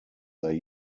they